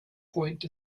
point